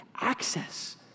access